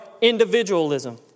individualism